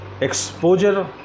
Exposure